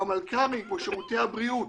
והמלכ"רים כמו שירותי בריאות,